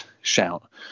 shout